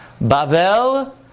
Babel